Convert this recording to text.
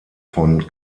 von